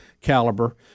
caliber